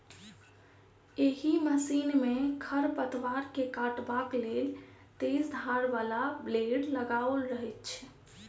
एहि मशीन मे खढ़ पतवार के काटबाक लेल तेज धार बला ब्लेड लगाओल रहैत छै